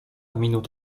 minut